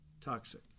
Toxic